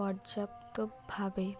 পর্যাপ্তভাবে